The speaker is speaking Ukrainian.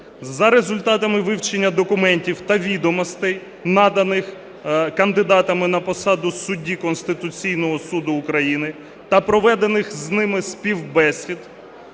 За результатами вивчення документів та відомостей, наданих кандидатами на посаду судді Конституційного Суду України, та проведених з ними співбесід